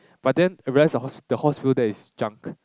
but then I realized the hos the Hospital there is junk